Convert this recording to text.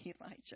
Elijah